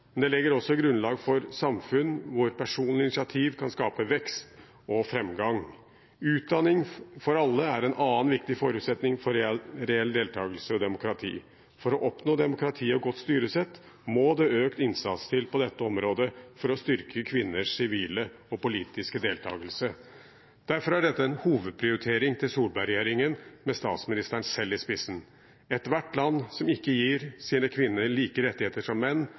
Men det legger også grunnlag for samfunn hvor personlig initiativ kan skape vekst og fremgang. Utdanning for alle er en annen viktig forutsetning for reell deltakelse i demokrati. For å oppnå demokrati og godt styresett må det økt innsats til på dette området for å styrke kvinners sivile og politiske deltakelse. Derfor er dette en hovedprioritering for Solberg-regjeringen med statsministeren selv i spissen. Ethvert land som ikke gir sine kvinner like rettigheter som menn,